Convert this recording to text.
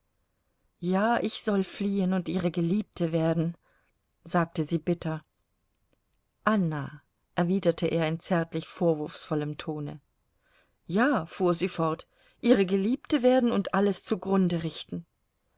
ja ich soll fliehen und ihre geliebte werden sagte sie bitter anna erwiderte er in zärtlich vorwurfsvollem tone ja fuhr sie fort ihre geliebte werden und alles zugrunde richten